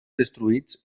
destruïts